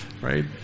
right